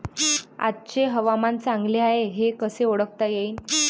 आजचे हवामान चांगले हाये हे कसे ओळखता येईन?